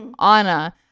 Anna